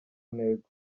ntego